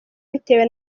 bitewe